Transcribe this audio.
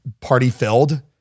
party-filled